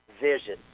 vision